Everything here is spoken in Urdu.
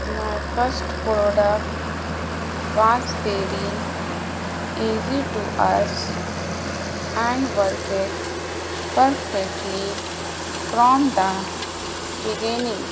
my first product was very easy to use and worked perfectly from the beginning